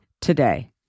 today